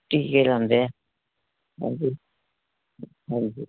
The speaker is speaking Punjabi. ਟੀਕੇ ਲਗਾਉਂਦੇ ਆ ਹਾਂਜੀ ਹਾਂਜੀ